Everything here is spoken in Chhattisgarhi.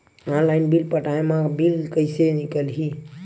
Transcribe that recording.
ऑनलाइन बिल पटाय मा बिल कइसे निकलही?